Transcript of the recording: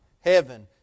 heaven